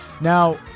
now